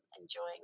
enjoying